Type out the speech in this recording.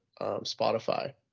spotify